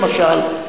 למשל,